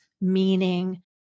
meaning